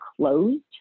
closed